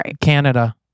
Canada